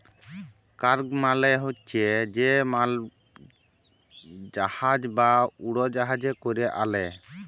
cargo মালে হছে যে মালজাহাজ বা উড়জাহাজে ক্যরে আলে